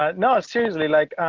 ah no, seriously. like,